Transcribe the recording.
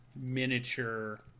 miniature